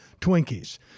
Twinkies